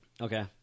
Okay